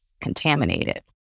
contaminated